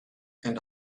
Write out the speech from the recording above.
and